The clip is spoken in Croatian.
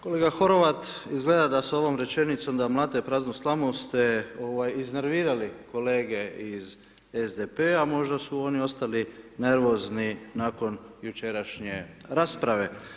Kolega Horvat, izgleda da s ovom rečenicom da mlate praznu slamu ste iznervirali kolege iz SDP-a, možda su oni ostali nervozni nakon jučerašnje rasprave.